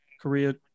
Korea